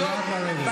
חבר הכנסת שטרן,